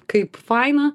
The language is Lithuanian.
kaip faina